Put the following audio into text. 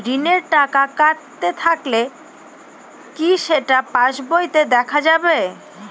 ঋণের টাকা কাটতে থাকলে কি সেটা পাসবইতে দেখা যাবে?